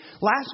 last